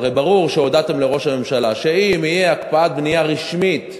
הרי ברור שהודעתם לראש הממשלה שאם תהיה הקפאת בנייה רשמית,